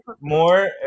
More